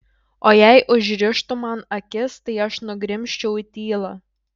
o jei užrištų man akis tai aš nugrimzčiau į tylą